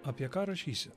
apie ką rašysiu